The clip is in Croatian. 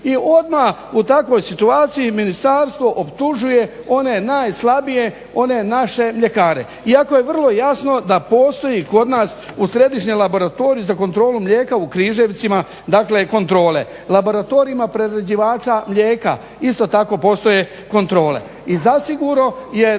I odmah u takvoj situaciji ministarstvo optužuje one najslabije one naše mljekare, iako je vrlo jasno da postoji kod nas u središnjem laboratoriju za kontrolu mlijeka u Križevcima dakle kontrole, laboratorijima prerađivača mlijeka isto tako postoje kontrole.